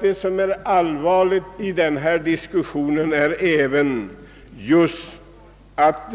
Det allvarliga i denna diskussion är tendenserna att